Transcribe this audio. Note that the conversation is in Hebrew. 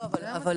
לא להתעכב על